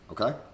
okay